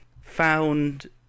found